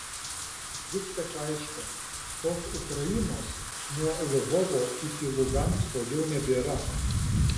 viskas aišku tos ukrainos nuo lvovo iki lugansko jau nebėra